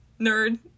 Nerd